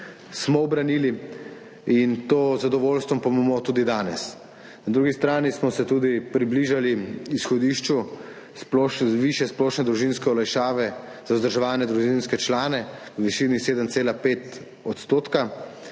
smo ubranili in to z zadovoljstvom povemo tudi danes. Na drugi strani smo se tudi približali izhodišču sploh višje splošne družinske olajšave za vzdrževane družinske člane v višini 7,5 % in to